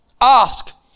Ask